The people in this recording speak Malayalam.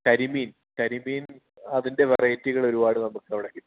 കരിമീൻ കരിമീൻ അതിൻ്റെ വെറൈറ്റികൾ ഒരുപാട് നമുക്ക് അവിടെ കിട്ടും